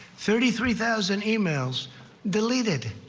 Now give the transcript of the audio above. thirty three thousand emails deleted.